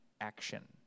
Action